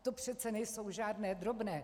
To přece nejsou žádné drobné!